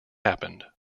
happened